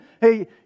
hey